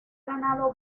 ganado